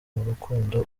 n’urukundo